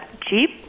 cheap